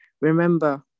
Remember